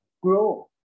grow